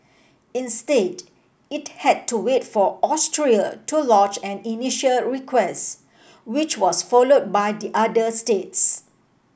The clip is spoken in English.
instead it had to wait for Austria to lodge an initial request which was followed by the other states